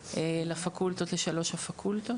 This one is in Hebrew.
הבאה לשלוש הפקולטות.